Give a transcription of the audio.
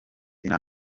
inama